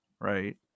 right